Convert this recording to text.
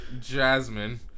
Jasmine